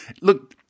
Look